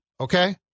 Okay